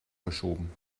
verschoben